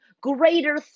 greater